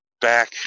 back